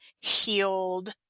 healed